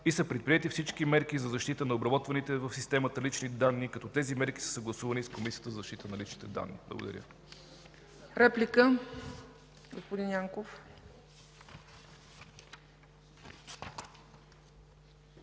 Предприети са всички мерки за защита на обработваните в системата лични данни, като тези мерки са съгласувани с Комисията за защита на личните данни. Благодаря Ви. ПРЕДСЕДАТЕЛ